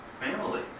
family